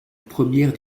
première